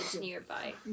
nearby